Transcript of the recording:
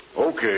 Okay